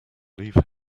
leave